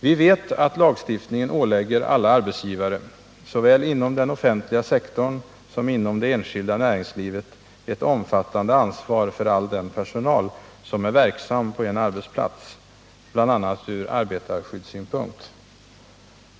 Vi vet att lagstiftningen ålägger alla arbetsgivare — såväl inom den offentliga sektorn som inom det enskilda näringslivet — ett omfattande ansvar för all den personal som är verksam på en arbetsplats, bl.a. från arbetarskyddssynpunkt.